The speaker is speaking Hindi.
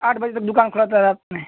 आठ बजे तक दुकान खुला रहता है